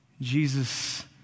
Jesus